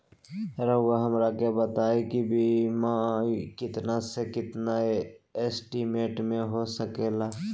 रहुआ हमरा के बताइए के बीमा कितना से कितना एस्टीमेट में हो सके ला?